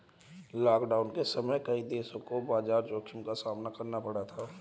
lockdown के समय कई देशों को बाजार जोखिम का सामना करना पड़ा था